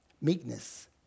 meekness